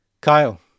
Kyle